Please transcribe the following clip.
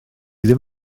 ddim